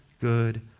good